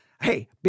hey